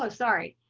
um sorry.